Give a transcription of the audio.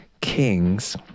kings